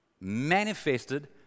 manifested